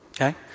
okay